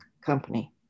company